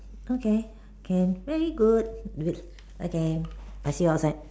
okay can very good okay I see you outside